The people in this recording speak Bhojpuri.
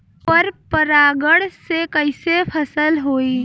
पर परागण से कईसे फसल होई?